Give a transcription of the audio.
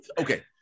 Okay